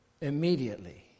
Immediately